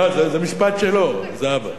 לא, זה משפט שלו, זהבה.